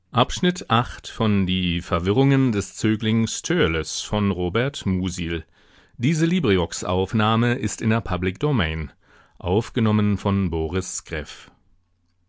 die verwirrungen des